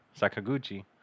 Sakaguchi